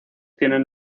tienen